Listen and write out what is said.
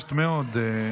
ריגשת מאוד.